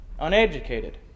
Uneducated